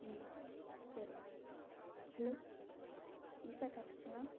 ம் சரிங்ணா ஹலோ ஈசா டேக்ஸுங்களா